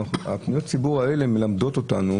הן מלמדות אותנו